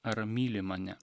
ar myli mane